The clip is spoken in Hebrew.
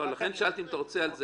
לכן שאלתי אם אתה רוצה על זה,